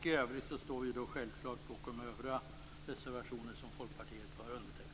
Självklart står vi också bakom de övriga reservationer som Folkpartiet har undertecknat.